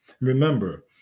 Remember